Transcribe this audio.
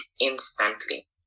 instantly